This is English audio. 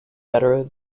better